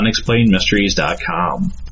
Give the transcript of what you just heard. unexplainedmysteries.com